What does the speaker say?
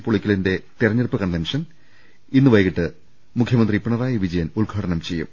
പുളിക്കലിന്റെ തെരഞ്ഞെടുപ്പ് കൺവെൻഷൻ ഇന്ന് വൈകിട്ട് മുഖ്യമന്ത്രി പിണറായി വിജയൻ ഉദ്ഘാടനം ചെയ്യും